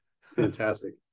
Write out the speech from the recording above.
Fantastic